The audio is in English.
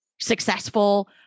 successful